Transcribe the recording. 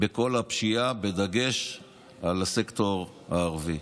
בכל הפשיעה, בדגש על הסקטור הערבי.